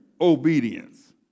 obedience